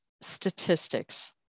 statistics